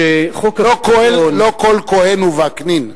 לא כל כוהן הוא וקנין,